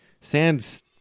sand's